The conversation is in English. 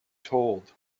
told